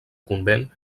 convent